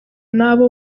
n’abo